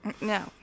no